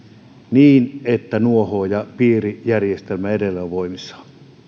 niin että nuohoojapiirijärjestelmä edelleen on voimissaan